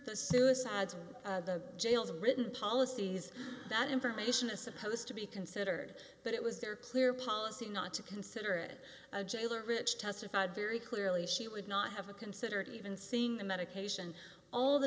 the suicide's of the jails in britain policies that information is supposed to be considered but it was their clear policy not to consider it a jailer rich testified very clearly she would not have a considered even seeing the medication all